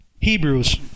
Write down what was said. Hebrews